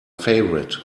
favorite